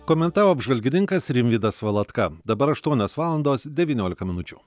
komentavo apžvalgininkas rimvydas valatka dabar aštuonios valandos devyniolika minučių